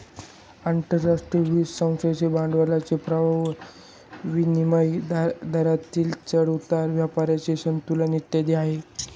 आंतरराष्ट्रीय वित्त संस्थेतील भांडवलाचा प्रवाह, विनिमय दरातील चढ उतार, व्यापाराचे संतुलन इत्यादी आहे